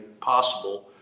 possible